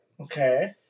Okay